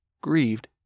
grieved